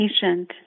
patient